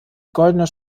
goldener